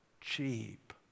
cheap